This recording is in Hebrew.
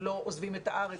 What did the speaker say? הם לא עוזבים את הארץ,